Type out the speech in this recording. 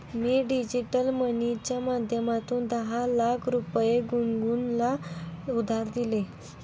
मी digital मनीच्या माध्यमातून दहा लाख रुपये गुनगुनला उधार दिले